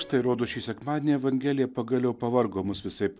štai rodos šį sekmadienį evangelija pagaliau pavargo mus visaip